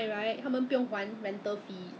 这样这样子 by the time like in this case